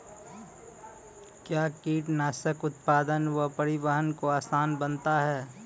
कया कीटनासक उत्पादन व परिवहन को आसान बनता हैं?